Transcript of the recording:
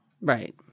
Right